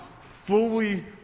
fully